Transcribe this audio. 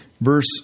Verse